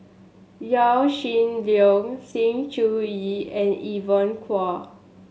Yaw Shin Leong Sng Choon Yee and Evon Kow